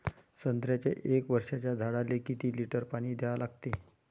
संत्र्याच्या एक वर्षाच्या झाडाले किती लिटर पाणी द्या लागते?